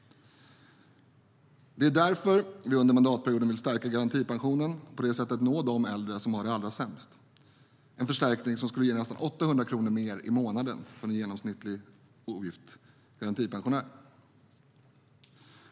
Det är därför vi under mandatperioden vill stärka garantipensionen och på det sättet nå de äldre som har det allra sämst, en förstärkning som skulle ge nästan 800 kronor mer i månaden för en genomsnittlig ogift garantipensionär.